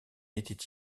était